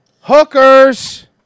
Hookers